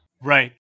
Right